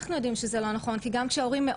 אז באמת יש לנו כאן איזו שהיא בעייתיות.